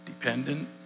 dependent